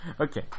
Okay